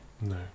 No